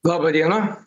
laba diena